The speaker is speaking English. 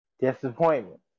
Disappointment